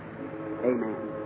amen